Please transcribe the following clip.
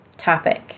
topic